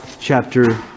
chapter